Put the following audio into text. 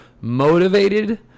motivated